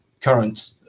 current